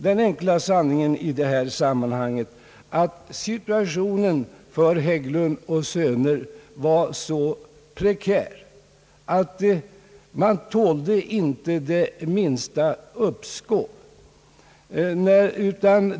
Den enkla sanningen i det här sammanhanget är vidare att situationen för Hägglund & Söner var så prekär att bolaget inte tålde det minsta uppskov.